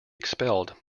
expelled